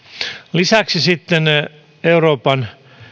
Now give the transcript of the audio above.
lisäksi sitten euroopan